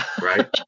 right